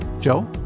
Joe